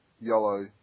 yellow